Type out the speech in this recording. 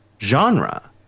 genre